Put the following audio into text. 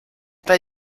bei